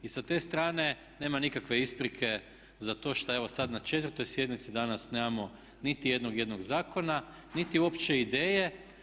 I sa te strane nema nikakve isprike za to što evo sad na 4. sjednici danas nemamo nitijednog jedinog zakona, niti uopće ideje.